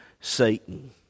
Satan